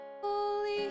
Holy